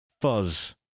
fuzz